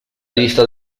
lista